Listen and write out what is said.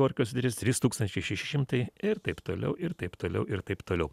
gorkio sritis trys tūkstančiai šeši šimtai ir taip toliau ir taip toliau ir taip toliau